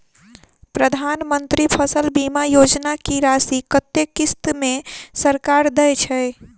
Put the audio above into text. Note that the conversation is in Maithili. प्रधानमंत्री फसल बीमा योजना की राशि कत्ते किस्त मे सरकार देय छै?